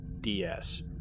DS